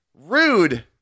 rude